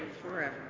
forever